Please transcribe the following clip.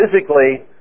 physically